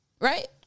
Right